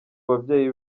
babyeyi